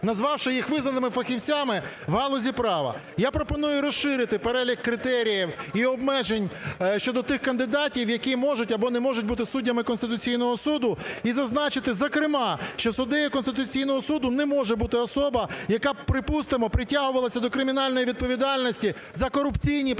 назвавши їх визнаними фахівцями в галузі права. Я пропоную розширити перелік критеріїв і обмежень щодо тих кандидатів, які можуть або не можуть бути суддями Конституційного Суду, і зазначити, зокрема, що суддею Конституційного Суду не може бути особа, яка, припустимо, притягувалася до кримінальної відповідальності за корупційні правопорушення,